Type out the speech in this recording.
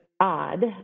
odd